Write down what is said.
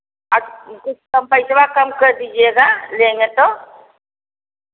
आप कुछ पैसा कम कर दीजिएगा लेंगे तो